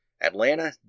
Atlanta